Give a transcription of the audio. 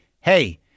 hey